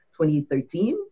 2013